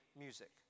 music